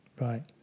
Right